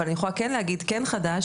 אבל אני יכולה כן להגיד כן חדש,